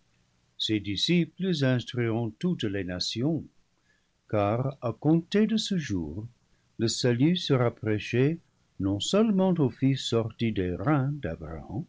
ces disciples instruiront toutes les nations car à compter de ce jour le salut sera prêché non-seulement aux fils sortis des reins